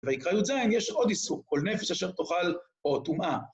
ויקרא י"ז יש עוד איסור, כל נפש אשר תאכל או טומאה.